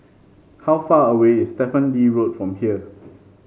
how far away is Stephen Lee Road from here